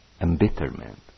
embitterment